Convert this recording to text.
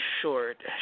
short